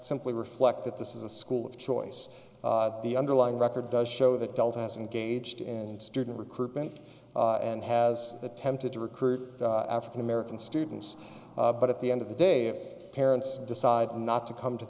simply reflect that this is a school of choice the underlying record does show that delta has engaged in student recruitment and has attempted to recruit african american students but at the end of the day if parents decide not to come to